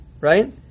right